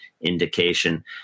indication